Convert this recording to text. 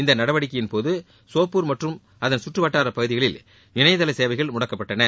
இந்த நடவடிக்கையின்போது சோப்போர் மற்றும் அதன் சுற்று வட்டார பகுதிகளில் இணையதள சேவைகள் முடக்கப்பட்டன